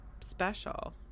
special